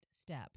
step